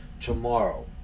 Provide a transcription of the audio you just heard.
tomorrow